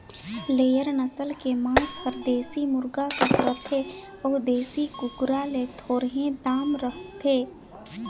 layer नसल के मांस हर देसी मुरगा कस रथे अउ देसी कुकरा ले थोरहें दाम रहथे